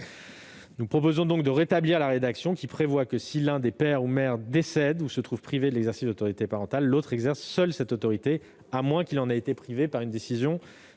Il convient donc de rétablir la rédaction prévoyant que si le père ou la mère décède ou se trouve privé de l'exercice de l'autorité parentale, le parent restant exerce seul cette autorité, à moins qu'il en ait été privé par une décision